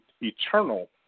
Eternal